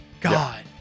God